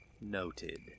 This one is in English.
Noted